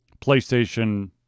PlayStation